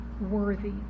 worthy